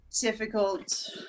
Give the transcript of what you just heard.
difficult